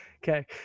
Okay